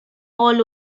all